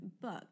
book